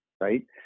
right